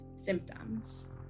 symptoms